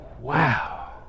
wow